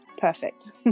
perfect